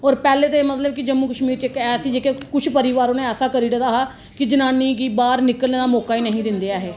औऱ पहले ते मतलब कि जम्मू कशमीर च इक ऐसी कुछ परिवारे ने ऐसा करी ओड़े दा हा कि जानी कि बाहर निकलने दा मौका ही नेईं है दिंदे ऐहै